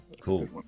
Cool